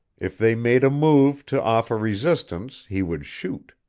if they made a move to offer resistance he would shoot.